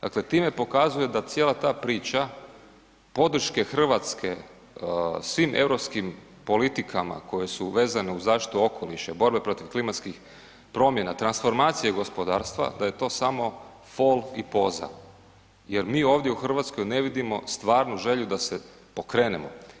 Dakle time pokazuje da cijela ta priča podrške Hrvatske svim europskim politikama koje su vezane uz zaštitu okoliša i borbe protiv klimatskih promjena, transformacije gospodarstva, da je to samo fol i poza jer mi ovdje u Hrvatskoj ne vidimo stvarnu želju da se pokrenemo.